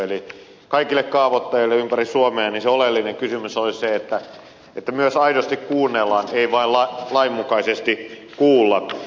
eli kaikille kaavoittajille ympäri suomea se oleellinen kysymys olisi se että myös aidosti kuunnellaan ei vain lain mukaisesti kuulla